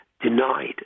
denied